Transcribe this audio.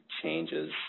changes